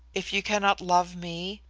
if you cannot love me,